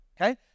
okay